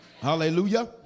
Hallelujah